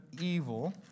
evil